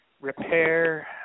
repair